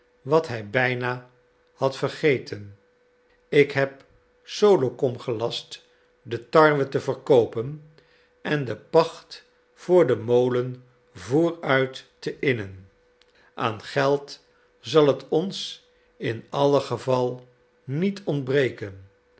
wat hij bijna had vergeten ik heb solokom gelast de tarwe te verkoopen en de pacht voor den molen vooruit te innen aan geld zal t ons in allen geval niet ontbreken